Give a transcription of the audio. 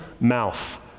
mouth